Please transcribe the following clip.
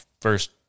first